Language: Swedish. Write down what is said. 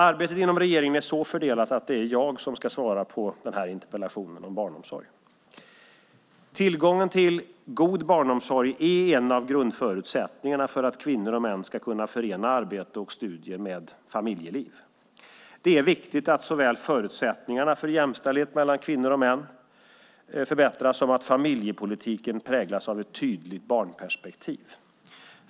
Arbetet inom regeringen är så fördelat att det är jag som ska svara på den här interpellationen om barnomsorg. Tillgången till god barnomsorg är en av grundförutsättningarna för att kvinnor och män ska kunna förena arbete och studier med familjeliv. Det är viktigt att såväl förutsättningarna för jämställdhet mellan kvinnor och män förbättras som att familjepolitiken präglas av ett tydligt barnperspektiv.